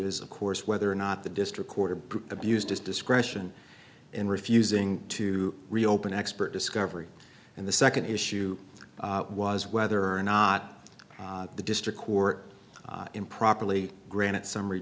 is of course whether or not the district court or abused its discretion in refusing to reopen expert discovery and the second issue was whether or not the district court improperly granted summary